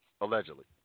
allegedly